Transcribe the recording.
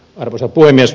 arvoisa puhemies